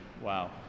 wow